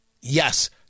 Yes